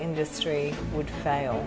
industry would fail